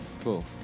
Cool